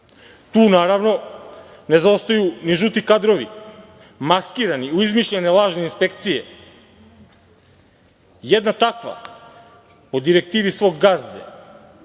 Tu, naravno, ne zaostaju ni žuti kadrovi, maskirani u izmišljene lažne inspekcije. Jedna takva, po direktivi svog gazde